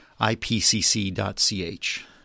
ipcc.ch